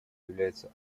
является